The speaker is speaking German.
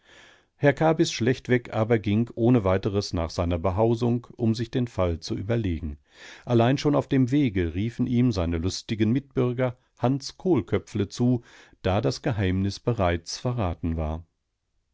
herr kabys schlechtweg aber ging ohne weiteres nach seiner behausung um sich den fall zu überlegen allein schon auf dem wege riefen ihm seine lustigen mitbürger hans kohlköpfle zu da das geheimnis bereits verraten war